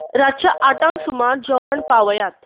रातच्या आठांक सुमार जेवण पावयात